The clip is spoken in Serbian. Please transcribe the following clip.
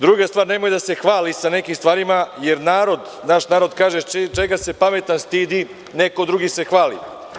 Druga stvar, nemoj da se hvali sa nekimstvarima, jer naš narod kaže – čega se pametan stidi, neko drugi se hvali.